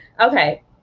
Okay